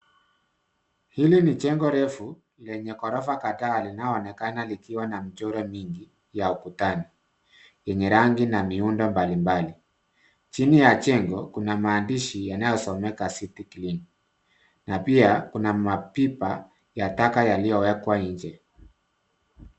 Hili ni jengo refu lenye ghorofa kadhaa linayoonekana likiwa na michoro mingi ya ukutani enye rangi na miundo mbalimbali. Chini ya jengo kuna maandishi yanayosomeka city clean na pia kuna mapipa ya takataka yaliyowekwa nje.